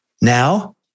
now